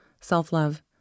self-love